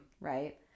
Right